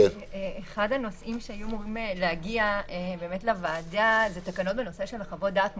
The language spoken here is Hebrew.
אחד הנושאים שאמורים להגיע לוועדה זה תקנות בנושא של חוות דעת מומחים.